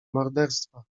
morderstwa